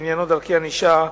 שעניינו דרכי ענישה,